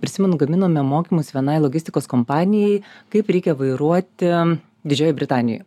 prisimenu gaminome mokymus vienai logistikos kompanijai kaip reikia vairuoti didžiojoj britanijoj